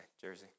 Jersey